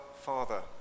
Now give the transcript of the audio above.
Father